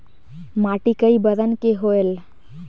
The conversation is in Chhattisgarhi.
माटी कई बरन के होयल?